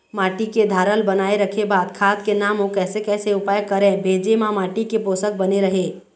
माटी के धारल बनाए रखे बार खाद के नाम अउ कैसे कैसे उपाय करें भेजे मा माटी के पोषक बने रहे?